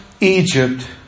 Egypt